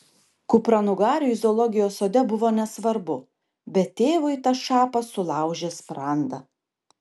kupranugariui zoologijos sode buvo nesvarbu bet tėvui tas šapas sulaužė sprandą